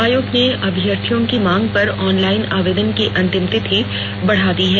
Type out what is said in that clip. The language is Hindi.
आयोग ने अभ्यर्थियों की मांग पर ऑनलाइन आवेदन की अंतिम तिथि बढ़ाई है